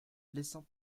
laissant